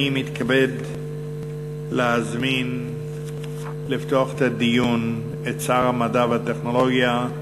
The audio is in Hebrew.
אני מתכבד להזמין את שר המדע והטכנולוגיה,